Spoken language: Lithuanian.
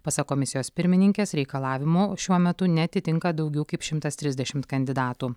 pasak komisijos pirmininkės reikalavimų šiuo metu neatitinka daugiau kaip šimtas trisdešimt kandidatų